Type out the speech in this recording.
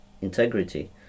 integrity